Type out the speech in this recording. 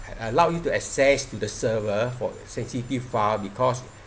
allow you to access to the server for sensitive file because